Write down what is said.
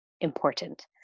important